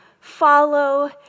follow